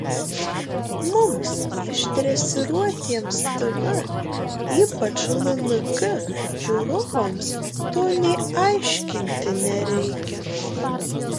mums išdresiruotiems tv ypač lnk žiūrovams to nė aiškinti nereikia